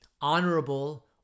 honorable